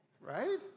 right